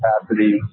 capacity